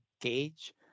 gauge